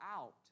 out